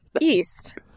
east